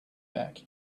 back